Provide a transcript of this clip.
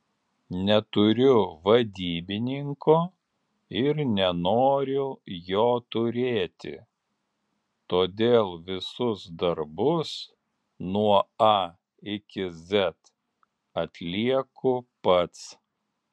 neturiu vadybininko ir nenoriu jo turėti todėl visus darbus nuo a iki z atlieku pats